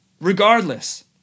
Regardless